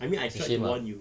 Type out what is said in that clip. I mean I tried to warn you